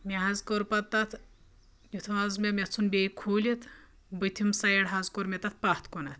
مےٚ حظ کوٚر پَتہٕ تَتھ یُتھ حظ مےٚ مےٚ ژھُن بیٚیہِ کھوٗلِتھ بٔتھِم سایڈ حظ کوٚر مےٚ تَتھ پَتھ کُنَتھ